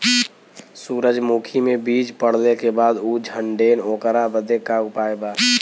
सुरजमुखी मे बीज पड़ले के बाद ऊ झंडेन ओकरा बदे का उपाय बा?